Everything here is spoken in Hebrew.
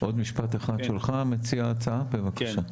עוד משפט אחד שלך מציע ההצעה בבקשה.